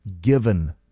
given